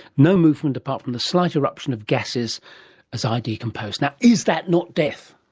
no movement apart from the slight eruption of gases as i decompose. now, is that not death?